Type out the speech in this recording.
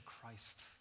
Christ